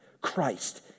Christ